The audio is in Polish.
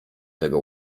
tego